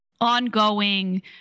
ongoing